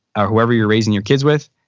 ah whoever you're raising your kids with?